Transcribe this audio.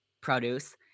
produce